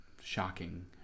shocking